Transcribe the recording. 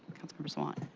member sawant?